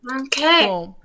Okay